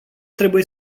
trebuie